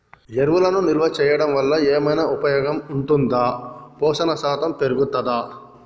ఎరువులను నిల్వ చేయడం వల్ల ఏమైనా ఉపయోగం ఉంటుందా పోషణ శాతం పెరుగుతదా?